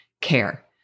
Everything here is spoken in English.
Care